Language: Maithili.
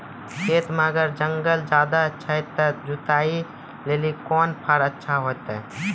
खेत मे अगर जंगल ज्यादा छै ते जुताई लेली कोंन फार अच्छा होइतै?